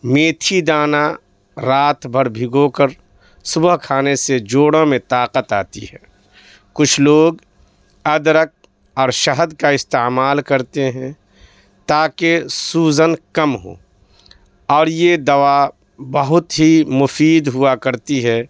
میتھی دانہ رات بھر بھگو کر صبح کھانے سے جوڑوں میں طاقت آتی ہے کچھ لوگ ادرک اور شہد کا استعمال کرتے ہیں تاکہ سوجن کم ہو اور یہ دوا بہت ہی مفید ہوا کرتی ہے